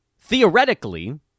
Theoretically